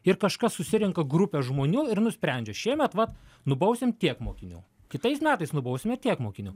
ir kažkas susirenka grupė žmonių ir nusprendžia šiemet vat nubausim tiek mokinių kitais metais nubausime tiek mokinių